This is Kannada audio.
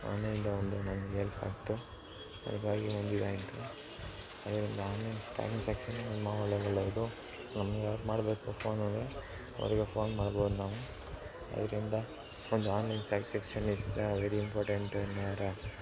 ಆನ್ಲೈನಿಂದ ಒಂದು ನಮಗೆ ಹೆಲ್ಪಾಯಿತು ಹಾಗಾಗಿ ನಮ್ಗೆ ಇದಾಯಿತು ಹಾಗಾಗಿ ಆನ್ಲೈನ್ ಟ್ರಾನ್ಸಾಕ್ಷನ್ ತುಂಬ ಒಳ್ಳೆಯ ಒಳ್ಳೆಯದು ನಮ್ಗೆ ಯಾಕೆ ಮಾಡಬೇಕಪ್ಪ ಅಂದರೆ ಅವರಿಗೆ ಫೋನ್ ಮಾಡ್ಬೌದು ನಾವು ಅದರಿಂದ ಒಂದು online transaction is the very important in your